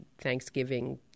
Thanksgiving